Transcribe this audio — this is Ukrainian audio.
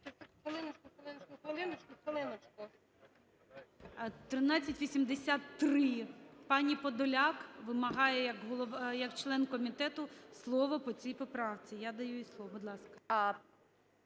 1383. Пані Подоляк вимагає як член комітету слово по цій поправці. Я даю їй слово. Будь ласка.